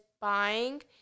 buying